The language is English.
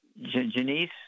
Janice